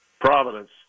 Providence